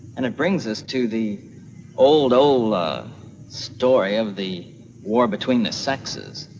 and it brings us to the old, old story of the war between the sexes.